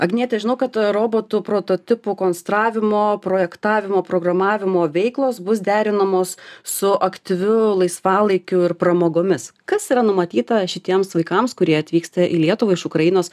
agniete žinau kad robotų prototipų konstravimo projektavimo programavimo veiklos bus derinamos su aktyviu laisvalaikiu ir pramogomis kas yra numatyta šitiems vaikams kurie atvyksta į lietuvą iš ukrainos